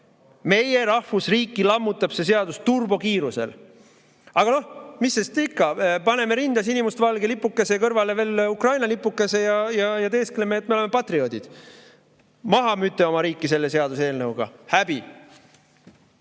Meie rahvusriiki lammutab see seadus turbokiirusel. Aga noh, mis sest ikka, paneme rinda sinimustvalge lipukese kõrvale veel Ukraina lipukese ja teeskleme, et me oleme patrioodid. Maha müüte oma riiki selle seaduseelnõuga. Häbi!